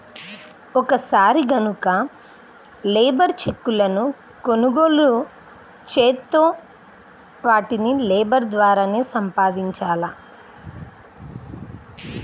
ఒక్కసారి గనక లేబర్ చెక్కులను కొనుగోలు చేత్తే వాటిని లేబర్ ద్వారానే సంపాదించాల